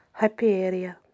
Hyperia